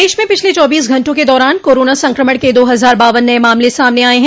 प्रदेश में पिछले चौबीस घण्टों के दौरान कोरोना संक्रमण के दो हजार बावन नये मामले सामने आये हैं